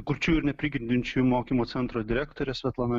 kurčiųjų neprigirdinčiųjų mokymo centro direktorė svetlana